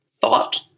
thought